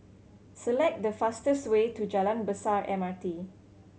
select the fastest way to Jalan Besar M R T